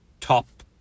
top